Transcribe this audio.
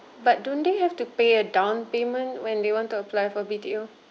but don't they have to pay a down payment when they want to apply for B_T_O